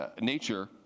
nature